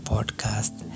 Podcast